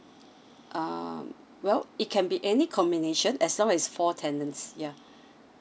um well it can be any combination as long as four tenants yeah